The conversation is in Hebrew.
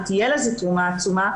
ותהיה לזה תרומה עצומה,